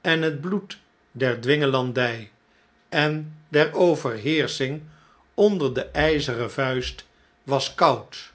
en het bloed der dwingelandjj en der overheersching onder de jjzeren vuist was koud